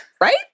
Right